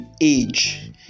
age